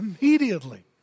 Immediately